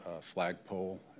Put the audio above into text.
flagpole